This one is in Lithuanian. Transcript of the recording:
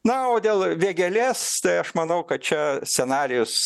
na o dėl vėgėlės tai aš manau kad čia scenarijus